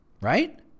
right